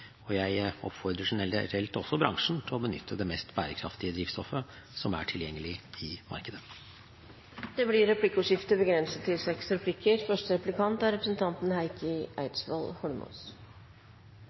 og jeg oppfordrer generelt også bransjen til å benytte det mest bærekraftige drivstoffet som er tilgjengelig i markedet. Det blir replikkordskifte. La meg ta fatt i den siste setningen til